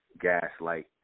Gaslight